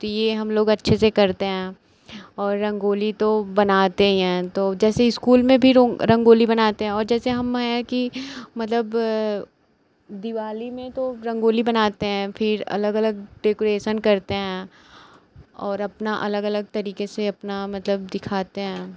तो ये हम लोग अच्छे से करते हैं और रंगोली तो बनाते ही हैं तो जैसे इस्कूल में भी रंगोली बनाते हैं और जैसे हम हैं कि मतलब दिवाली में तो रंगोली बनाते हैं फिर अलग अलग डेकोरेसन करते हैं और अपना अलग अलग तरीक़े से अपना मतलब दिखाते हैं